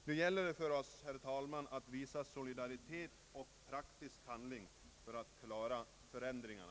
Det gäller för oss, herr talman, att visa solidaritet och praktisk handling för att klara förändringarna.